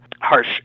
harsh